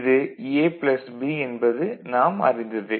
இது A plus B என்பது நாம் அறிந்ததே